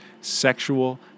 sexual